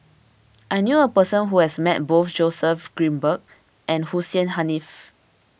I knew a person who has met both Joseph Grimberg and Hussein Haniff